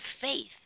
faith